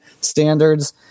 standards